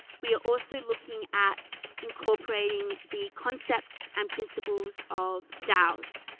we are also looking at incorporating the concepts and principles of dals,